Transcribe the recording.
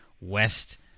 West